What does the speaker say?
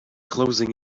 closing